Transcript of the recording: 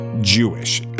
Jewish